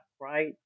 right